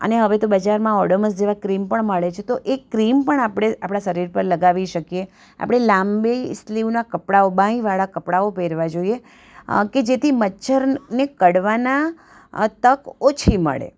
અને હવે તો બજારમાં ઓડોમોસ જેવા ક્રીમ પણ મળે છે તો એ ક્રીમ પણ આપણે આપણાં શરીર પર લગાવી શકીએ આપણે લાંબી સ્લીવનાં કપડાઓ બાંયવાળા કપડાઓ પહેરવા જોઈએ કે જેથી મચ્છરને કરડવાની તક ઓછી મળે